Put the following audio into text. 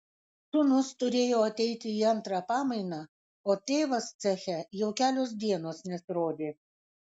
sūnus turėjo ateiti į antrą pamainą o tėvas ceche jau kelios dienos nesirodė